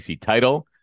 title